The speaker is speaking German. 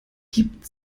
gibt